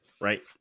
right